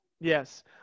yes